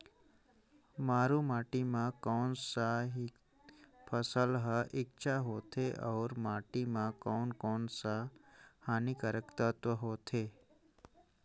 मारू माटी मां कोन सा फसल ह अच्छा होथे अउर माटी म कोन कोन स हानिकारक तत्व होथे?